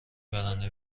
برنده